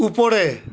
উপরে